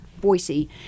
Boise